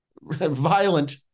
violent